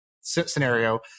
scenario